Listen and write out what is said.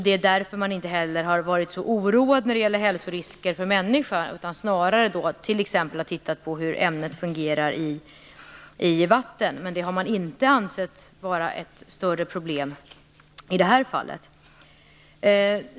Det är därför man inte heller har varit så oroad när det gäller hälsorisker för människor, utan snarare har tittat t.ex. på hur ämnet fungerar i vatten. Man har dock inte ansett detta vara något större problem i det här fallet.